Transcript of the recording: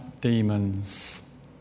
demons